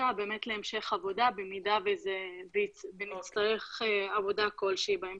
מצע להמשך עבודה במידה שנצטרך עבודה כלשהי בהמשך.